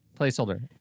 placeholder